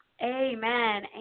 Amen